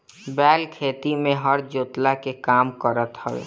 बैल खेती में हर जोतला के काम करत हवे